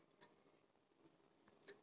Pheromone trap कैसे होब हई?